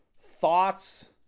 thoughts